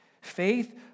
Faith